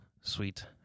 Sweet